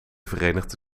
verenigde